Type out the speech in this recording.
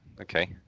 okay